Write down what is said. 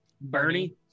Bernie